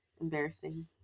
embarrassing